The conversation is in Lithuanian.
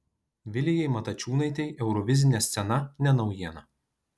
vilijai matačiūnaitei eurovizinė scena ne naujiena